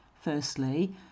Firstly